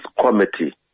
Committee